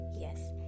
Yes